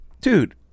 dude